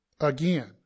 again